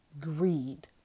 greed